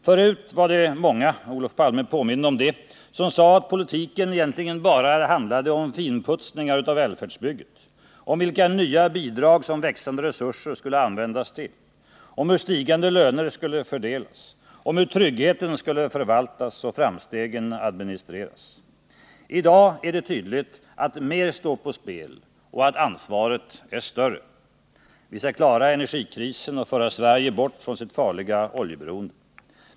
Förut var det många — Olof Palme påminde om det — som sade att politiken egentligen handlade bara om finputsningar på välfärdsbygget, om vilka nya bidrag som växande resurser skulle användas till, om hur stigande löner skulle fördelas, om hur tryggheten skulle förvaltas och framstegen administreras. I dag är det tydligt att mer står på spel och att ansvaret är större. Vi skall klara energikrisen och föra Sverige bort från sitt farliga oljeberoende.